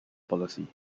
policy